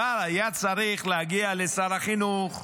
אבל היה צריך להגיע לשר החינוך,